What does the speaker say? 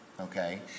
okay